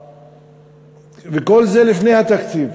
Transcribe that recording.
וכל זה לפני התקציב